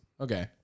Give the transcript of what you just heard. Okay